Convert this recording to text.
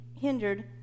hindered